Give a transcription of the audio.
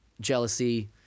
jealousy